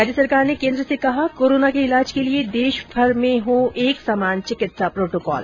राज्य सरकार ने केन्द्र से कहा कोरोना के इलाज के लिए देशभर में हो एक समान चिकित्सा प्रोटोकॉल